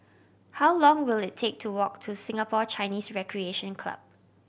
how long will it take to walk to Singapore Chinese Recreation Club